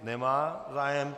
Nemá zájem.